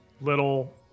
little